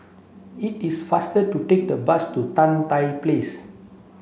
it is faster to take the bus to Tan Tye Place